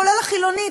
כולל החילונית,